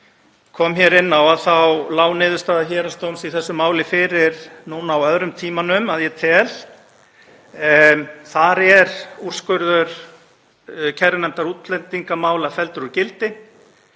kom inn á þá lá niðurstaða héraðsdóms í þessu máli fyrir núna á öðrum tímanum, að ég tel. Þar er úrskurður kærunefndar útlendingamála felldur úr gildi.